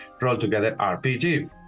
RollTogetherRPG